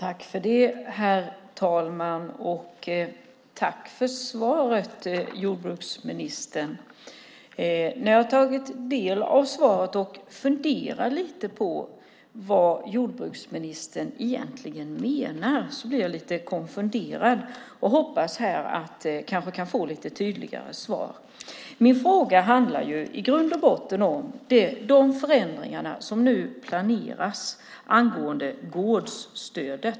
Herr talman! Tack för svaret, jordbruksministern! När jag har tagit del av svaret och funderat lite på vad jordbruksministern egentligen menar har jag blivit lite konfunderad och hoppas att här kanske få lite tydligare svar. Min fråga handlar i grund och botten om de förändringar som planeras angående gårdsstödet.